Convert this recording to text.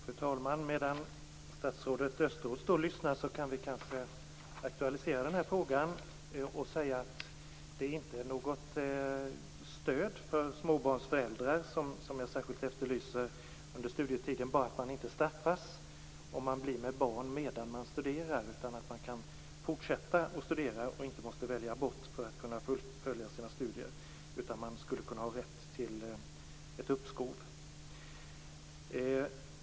Fru talman! Medan statsrådet Östros står här i kammaren och lyssnar kan vi kanske aktualisera den här frågan. Det är inte något stöd för småbarnsföräldrar som jag särskilt efterlyser under studietiden utan bara att man inte straffas om man blir med barn medan man studerar. Man kan skall kunna fortsätta att studera och inte välja abort för att kunna fullfölja sina studier, utan i stället ha rätt till ett uppskov.